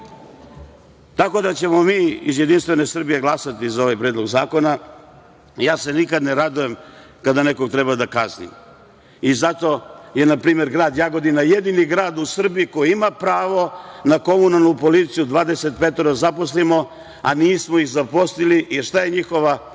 tako da ćemo mi iz Jedinstvene Srbije glasati za ovaj Predlog zakona. Ja se nikad ne radujem kada nekoga treba da kaznim i zato je na primer grad Jagodina jedini grad u Srbiji koji ima pravo na komunalnu policiju, 25. zaposlimo a nismo ih zaposlili jer šta je njihova